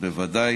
ודאי